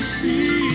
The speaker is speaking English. see